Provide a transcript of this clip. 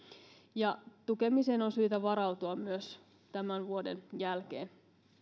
ja tukemiseen on syytä varautua myös tämän vuoden jälkeen